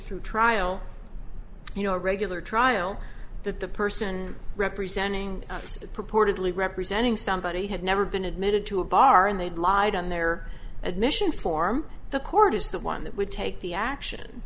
through a trial you know a regular trial that the person representing us purportedly representing somebody had never been admitted to a bar and they'd lied on their admission form the court is the one that would take the action